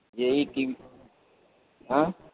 یہی کہ ہاں